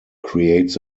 creates